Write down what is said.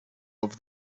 over